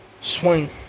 swing